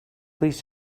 please